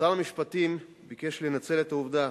שר המשפטים ביקש לנצל את העובדה